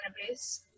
cannabis